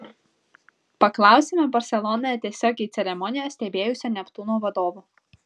paklausėme barselonoje tiesiogiai ceremoniją stebėjusio neptūno vadovo